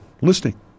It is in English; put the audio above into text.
listening